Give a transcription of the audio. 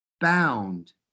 bound